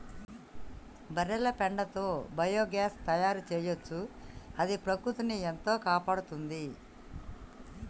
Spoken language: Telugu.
బర్రెల పెండతో బయోగ్యాస్ తయారు చేయొచ్చు అది ప్రకృతిని ఎంతో కాపాడుతుంది